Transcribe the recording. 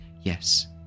Yes